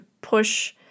push